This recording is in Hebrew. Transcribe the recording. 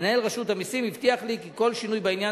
מנהל רשות המסים הבטיח לי כי כל שינוי בעניין